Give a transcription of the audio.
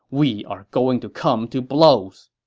we are going to come to blows.